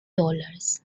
dollars